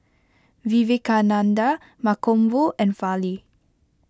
Vivekananda Mankombu and Fali